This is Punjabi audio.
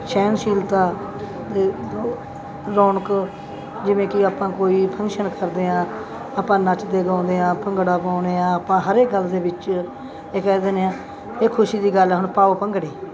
ਸਹਿਣਸ਼ੀਲਤਾ ਅਤੇ ਰੌਣਕ ਜਿਵੇਂ ਕਿ ਆਪਾਂ ਕੋਈ ਫੰਕਸ਼ਨ ਕਰਦੇ ਹਾਂ ਆਪਾਂ ਨੱਚਦੇ ਗਾਉਂਦੇ ਹਾਂ ਭੰਗੜਾ ਪਾਉਂਦੇ ਹਾਂ ਆਪਾਂ ਹਰ ਇਕ ਗੱਲ ਦੇ ਵਿੱਚ ਇਹ ਕਹਿ ਦਿੰਦੇ ਹਾਂ ਇਹ ਖੁਸ਼ੀ ਦੀ ਗੱਲ ਹੁਣ ਪਾਓ ਭੰਗੜੇ